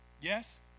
Yes